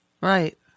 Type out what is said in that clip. Right